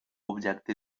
objecte